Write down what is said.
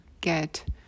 get